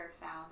found